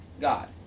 God